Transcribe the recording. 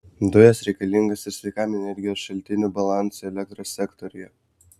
dujos reikalingos ir sveikam energijos šaltinių balansui elektros sektoriuje